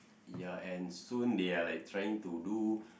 ya and soon they are like trying to do